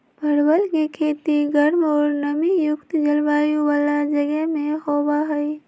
परवल के खेती गर्म और नमी युक्त जलवायु वाला जगह में होबा हई